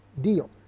deal